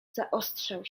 zaostrzał